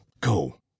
go